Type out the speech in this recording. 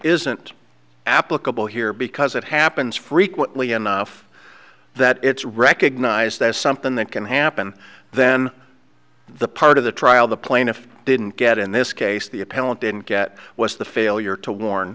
isn't applicable here because it happens frequently enough that it's recognized as something that can happen then the part of the trial the plaintiff didn't get in this case the appellant didn't get was the failure to warn